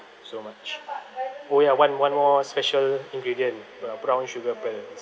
so much oh ya one one more special ingredient uh brown sugar pearls